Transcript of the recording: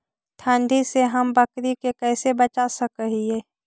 ठंडी से हम बकरी के कैसे बचा सक हिय?